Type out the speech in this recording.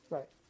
Right